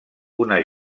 una